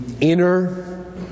inner